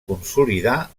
consolidar